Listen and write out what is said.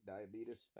Diabetes